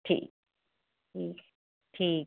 ठीक हम्म ठीक